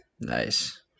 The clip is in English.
Nice